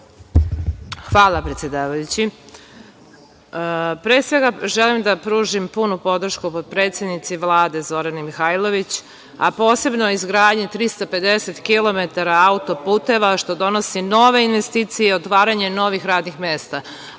Hvala predsedavajući. Pre svega, želim da pružim punu podršku potpredsednici Vlade Zorani Mihajlović, a posebno izgradnji 350 kilometara auto-puteva, što donosi nove investicije i otvaranje novih radnih mesta.